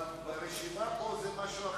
אבל ברשימה פה זה אחרת.